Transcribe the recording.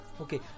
Okay